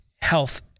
health